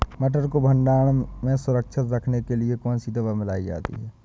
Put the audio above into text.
मटर को भंडारण में सुरक्षित रखने के लिए कौन सी दवा मिलाई जाती है?